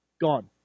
gone